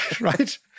right